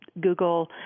Google